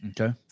Okay